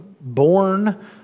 born